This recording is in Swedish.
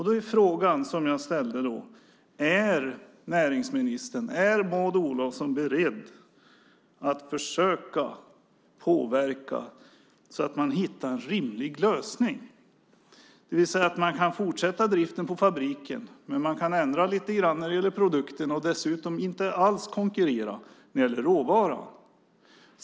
Då är frågan som jag ställde om Maud Olofsson är beredd att försöka påverka så att man hittar en rimlig lösning, det vill säga att man kan fortsätta driften på fabriken men ändra lite grann när det gäller produkten och dessutom inte alls konkurrera när det gäller råvaran.